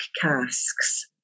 casks